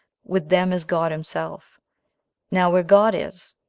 with them is god himself now where god is,